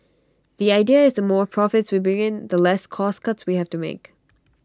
the idea is the more profits we bring in the less cost cuts we have to make